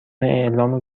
اعلام